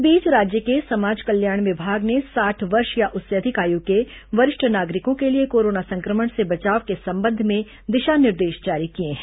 इस बीच राज्य के समाज कल्याण विभाग ने साठ वर्ष या उससे अधिक आयु के वरिष्ठ नागरिकों के लिए कोरोना संक्रमण से बचाव के संबंध में दिशा निर्देश जारी किए हैं